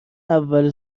اول